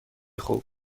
خوب